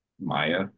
maya